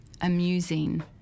amusing